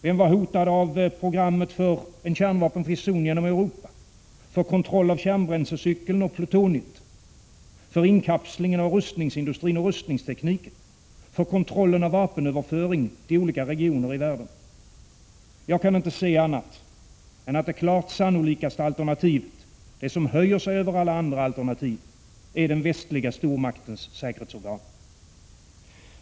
Vem var hotad av programmen för en kärnvapenfri zon genom Europa, för kontroll av kärnbränslecykeln och plutoniet, för inkapsling av rustningsindustrin och rustningstekniken, för kontroll av vapenöverföring till olika regioner i världen? Jag kan inte se annat än att det klart sannolikaste alternativet — det som höjer sig över alla andra alternativ — är den västliga stormaktens säkerhetsorgan.